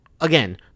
again